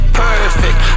perfect